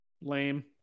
Lame